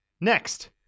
Next